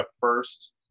first